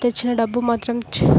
తెచ్చిన డబ్బు మాత్రం ఛ